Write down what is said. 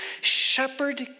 shepherd